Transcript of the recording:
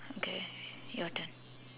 okay your turn